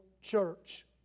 Church